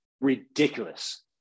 ridiculous